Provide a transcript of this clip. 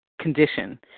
condition